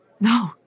No